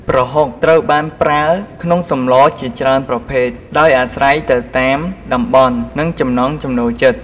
ប្រហុកត្រូវបានប្រើក្នុងសម្លជាច្រើនប្រភេទ ដោយអាស្រ័យទៅតាមតំបន់និងចំណង់ចំណូលចិត្ត។